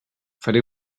faré